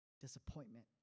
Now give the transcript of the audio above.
disappointment